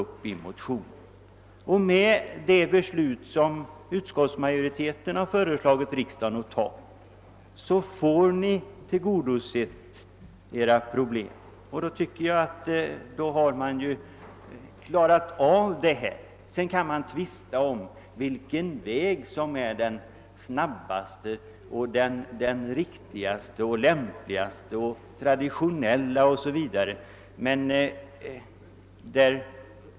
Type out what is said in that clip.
Med det beslut som utskottsmajoriteten föreslagit riksdagen att fatta löser vi problemen. Vi kan sedan tvista om vilken väg som är den snabbaste, riktigaste, lämpligaste, mest traditionella osv.